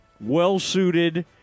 well-suited